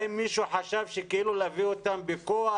האם מישהו חשב שכאילו להביא אותם בכוח?